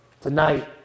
tonight